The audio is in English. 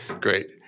Great